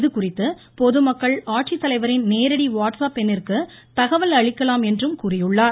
இதுகுறித்து பொதுமக்கள் ஆட்சித்தலைவரின் நேரடி வாட்ஸ் ஆப் எண்ணிந்கு தகவல் அளிக்கலாம் என்றும் கூறியுள்ளார்